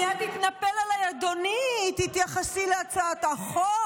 מייד התנפל עליי אדוני: תתייחסי להצעת החוק,